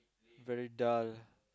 very dull